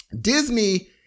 Disney